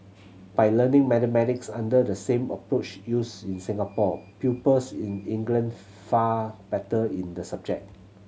by learning mathematics under the same approach used in Singapore pupils in England fared better in the subject